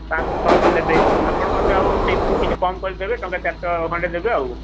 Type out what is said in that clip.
ପାଶହ ଛଅଶହ ନେବେ ଆପଣ ମୋତେ ଆଉ ସେଇଥିରୁ କିଛି କମ୍ କରି ଦେବେ ଟଙ୍କା ଚାରିଶହ ଖଣ୍ଡେ ଦେବେ ଆଉ